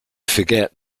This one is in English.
forget